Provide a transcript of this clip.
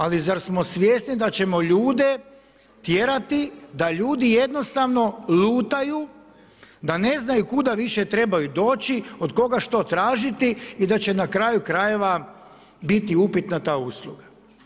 Ali zar smo svjesni da ćemo ljude tjerati da ljudi jednostavno lutaju, da ne znaju kuda više trebaju doći, od koga što tražiti i da će na kraju krajeva biti upitna ta usluga.